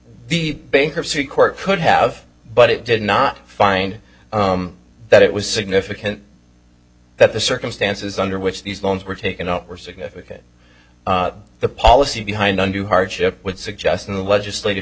the bankruptcy court could have but it did not find that it was significant that the circumstances under which these loans were taken up were significant the policy behind under hardship would suggest and the legislat